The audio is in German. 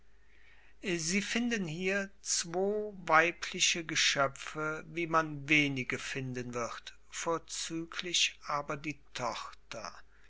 sie finden hier zwo weibliche geschöpfe wie man wenige finden wird vorzüglich aber die tochter